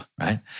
right